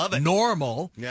normal